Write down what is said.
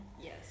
Yes